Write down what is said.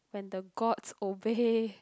when the Gods obey